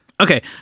Okay